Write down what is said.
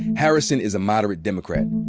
harrison is a moderate democrat.